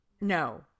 No